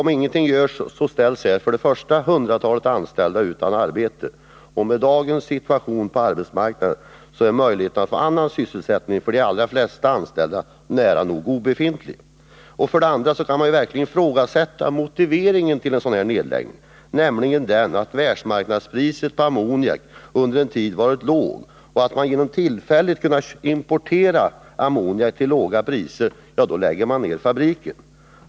Om ingenting görs ställs för det första hundratals anställda utan arbete. Och med dagens situation på arbetsmarknaden är möjligheterna att få annan sysselsättning för de flesta anställda nära nog obefintliga. För det andra kan man verkligen ifrågasätta motiveringen till att lägga ner tillverkningen, nämligen att världsmarknadspriset på ammoniak under en tid varit lågt och att man tillfälligt kunnat importera ammoniak till låga priser. Det är företagets motivering för att lägga ner fabriken.